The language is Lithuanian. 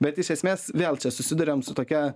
bet iš esmės vėl čia susiduriam su tokia